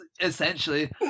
essentially